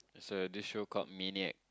it's a disc show cop medium